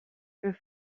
een